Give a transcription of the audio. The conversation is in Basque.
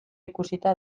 ikusita